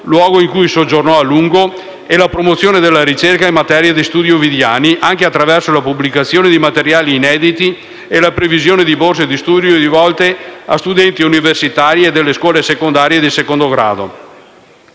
luogo in cui soggiornò a lungo, e la promozione della ricerca in materia di studi ovidiani, anche attraverso la pubblicazione di materiali inediti e la previsione di borse di studio rivolte a studenti universitari e delle scuole secondarie di secondo grado.